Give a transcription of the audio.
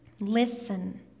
Listen